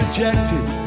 Rejected